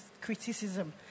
criticism